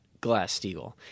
Glass-Steagall